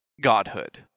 godhood